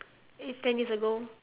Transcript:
is ten years ago